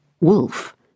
Wolf